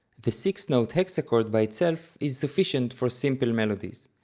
the six-note hexachord by itself is sufficient for simple melodies.